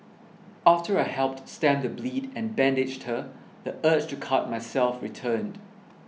after I helped stem the bleed and bandaged her the urge to cut myself returned